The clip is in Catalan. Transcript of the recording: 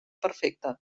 perfecta